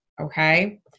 Okay